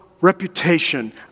reputation